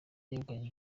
yegukanye